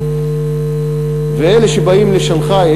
ואלה שבאים לשנגחאי,